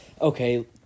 Okay